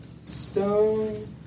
stone